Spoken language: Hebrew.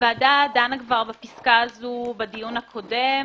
הוועדה דנה בפסקה הזו בדיון הקודם.